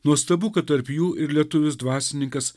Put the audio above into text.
nuostabu kad tarp jų ir lietuvis dvasininkas